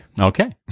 Okay